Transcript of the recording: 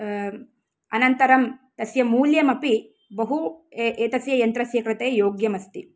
अनन्तरं तस्य मूल्यमपि बहु ए एतस्य यन्त्रस्य कृते योग्यमस्ति